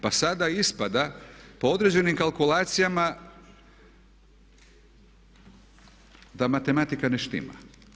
Pa sada ispada po određenim kalkulacijama da matematika ne štima.